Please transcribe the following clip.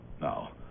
Now